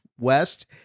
West